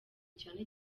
cyane